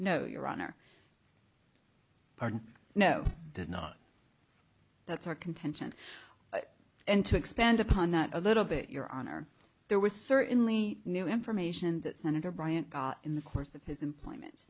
no your honor pardon no not that's our contention and to expand upon that a little bit your honor there was certainly no information that senator bryant got in the course of his employment